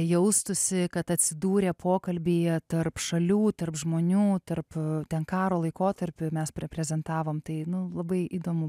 jaustųsi kad atsidūrė pokalbyje tarp šalių tarp žmonių tarp ten karo laikotarpiu mes reprezentavom tai nu labai įdomu